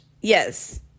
Yes